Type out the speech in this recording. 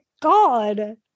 God